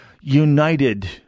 united